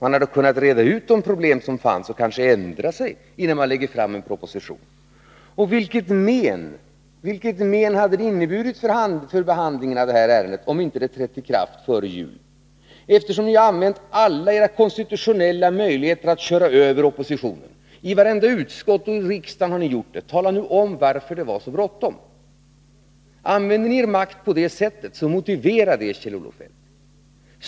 Man hade kunnat reda ut de problem som Om förslaget till fanns, och man hade kanske kunnat ändra sig innan man lade fram en avdragsrätt vid in Proposition, komstbeskatt Vilket men hade det inneburit för behandlingen av ärendet om beslutet ningen för fackinte hade trätt i kraft före jul? Eftersom ni använder alla era konstitutionella föreningsavgifter, möjligheter att köra över oppositionen — i vartenda utskott i riksdagen har ni =». m. gjort det — tala nu om varför det var så bråttom! Använder ni er makt på det sättet, så motivera det, Kjell-Olof Feldt!